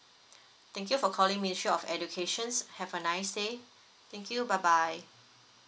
thank you for calling me ministry of education have a nice day thank you bye bye